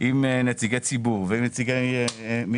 עם נציגי ציבור ונציגי משרד המשפטים.